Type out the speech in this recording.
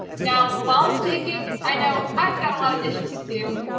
now while it's baking, i know i've got lot of dishes to do.